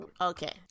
Okay